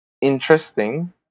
interesting